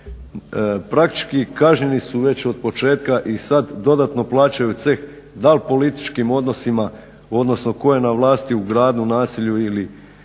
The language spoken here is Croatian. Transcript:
Praktički kažnjeni su već od početka i sad dodatno plaćaju ceh dal političkim odnosima, odnosno tko je na vlastu u gradu, naselju ili